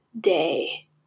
day